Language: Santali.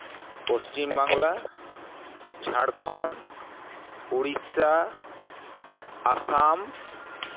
ᱯᱚᱥᱪᱤᱢᱵᱟᱝᱞᱟ ᱡᱷᱟᱲᱠᱷᱚᱸᱰ ᱩᱲᱤᱥᱥᱟ ᱟᱥᱟᱢ